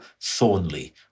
Thornley